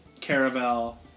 caravel